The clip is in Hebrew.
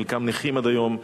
חלקם נכים עד היום.